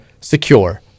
secure